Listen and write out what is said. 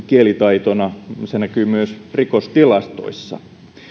kielitaitona se näkyy myös rikostilastoissa